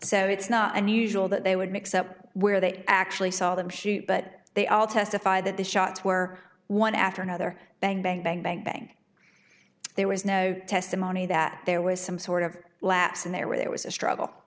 so it's not unusual that they would mix up where they actually saw them shoot but they all testify that the shots were one after another bang bang bang bang bang there was no testimony that there was some sort of lapse in there where there was a struggle